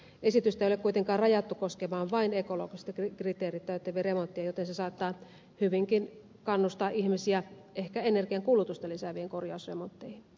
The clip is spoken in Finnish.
esitystä ei ole kuitenkaan rajattu koskemaan vain ekologiset kriteerit täyttäviä remontteja joten se saattaa hyvinkin kannustaa ihmisiä ehkä energiankulutusta lisääviin korjausremontteihin